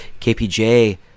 KPJ